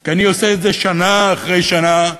אני עושה את זה שנה אחרי שנה,